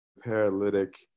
paralytic